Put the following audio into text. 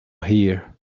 hear